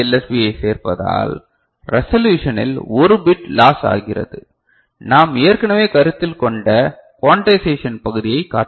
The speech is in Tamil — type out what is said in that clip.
பியைச் சேர்ப்பதால் ரேசொலுஷனில் ஒரு பிட் லாஸ் ஆகிறது நாம் ஏற்கனவே கருத்தில் கொண்ட குவேண்டைசெஷன் பகுதியைக் காட்டிலும்